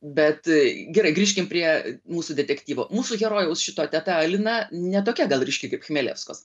bet gerai grįžkim prie mūsų detektyvo mūsų herojaus šito teta alina ne tokia ryški kaip chmeleskos